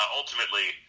ultimately